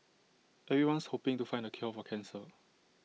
everyone's hoping to find the cure for cancer